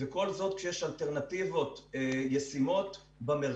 וכל זאת בזמן שיש אלטרנטיבות ישימות במרכז,